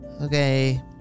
okay